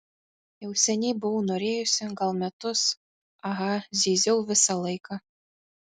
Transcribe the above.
jau seniai buvau norėjusi gal metus aha zyziau visą laiką